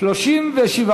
3 נתקבלו.